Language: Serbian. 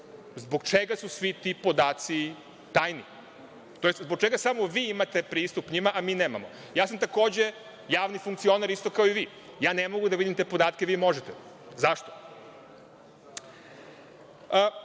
zbog čega su svi ti podaci tajni, tj. zbog čega samo vi imate pristup njima, a mi nemamo? Takođe, sam javni funkcioner isto kao i vi. Ne mogu da vidim te podatke, vi možete. Zašto? Hoću